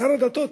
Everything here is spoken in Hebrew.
שר הדתות,